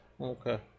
Okay